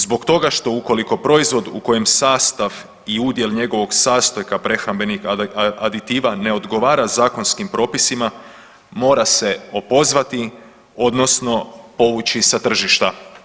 Zbog toga što ukoliko proizvod u kojem sastav i udjel njegovog sastojka prehrambenih aditiva ne odgovara zakonskim propisima mora se opozvati odnosno povući sa tržišta.